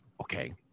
okay